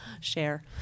Share